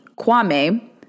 Kwame